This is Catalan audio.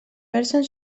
versen